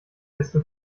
desto